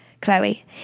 Chloe